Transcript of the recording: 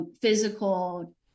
physical